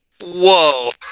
Whoa